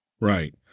Right